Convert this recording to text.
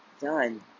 done